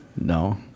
No